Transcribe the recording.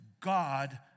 God